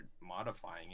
modifying